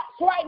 right